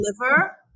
liver